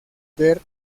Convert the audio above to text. ver